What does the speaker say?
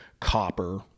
copper